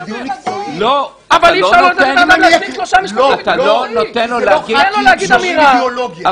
משפטי לממשלה לבין כשאנחנו בוחרים נציג אקדמיה בכל ועדת איתור.